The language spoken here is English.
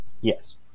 Yes